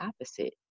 opposite